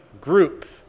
group